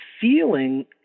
feeling